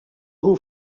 who